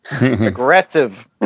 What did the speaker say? Aggressive